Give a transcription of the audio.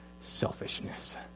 selfishness